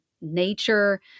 nature